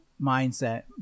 mindset